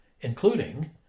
including